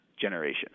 generation